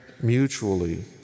mutually